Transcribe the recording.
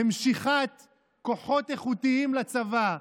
במשיכת כוחות איכותיים לצבא,